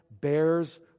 bears